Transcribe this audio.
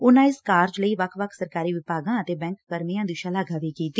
ਉਨ੍ਹਂ ਇਸ ਕਾਰਜ ਲਈ ਵੱਖ ਵੱਖ ਸਰਕਾਰੀ ਵਿਭਾਗਾਂ ਅਤੇ ਬੈਂਕ ਕਰਮਚਾਰੀਆਂ ਦੀ ਸ਼ਲਾਘਾ ਕੀਤੀ